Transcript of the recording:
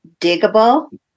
diggable